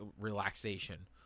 relaxation